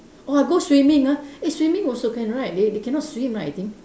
!wah! go swimming ah eh swimming also can right they they cannot swim right I think